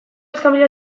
iskanbila